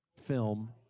film